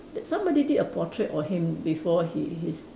that somebody did a portrait on him before he his